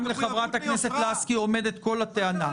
גם לחברת הכנסת לסקי עומדת כל הטענה.